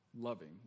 loving